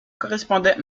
correspondait